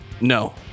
No